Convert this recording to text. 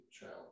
child